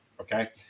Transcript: okay